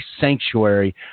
sanctuary